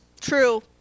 True